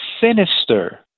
sinister